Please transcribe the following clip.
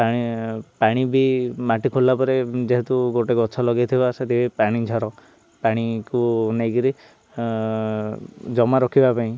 ପାଣି ପାଣି ବି ମାଟି ଖୋଲିଲା ପରେ ଯେହେତୁ ଗୋଟେ ଗଛ ଲଗେଇଥିବା ସେଠି ପାଣି ଝର ପାଣିକୁ ନେଇକିରି ଜମା ରଖିବା ପାଇଁ